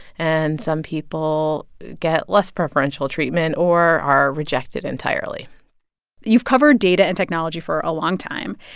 and some people get less preferential treatment or are rejected entirely you've covered data and technology for a long time.